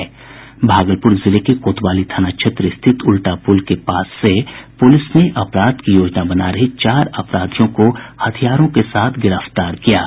भागलपुर जिले के कोतवाली थाना क्षेत्र स्थित उल्टा पुल के पास से पुलिस ने अपराध की योजना बना रहे चार अपराधियों को हथियारों के साथ गिरफ्तार किया है